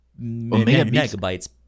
megabytes